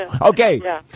Okay